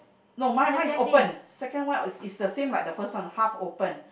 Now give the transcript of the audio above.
no mine mine is open second one is is the same like the first one half open